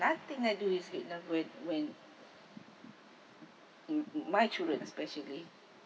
nothing I do is good enough with when mm with my children especially